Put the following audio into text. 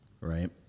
right